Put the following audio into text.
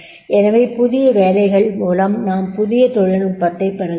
எனவே புதிய வேலைகள் மூலம் நாம் புதிய தொழில்நுட்பத்தைப் பெறுகிறோம்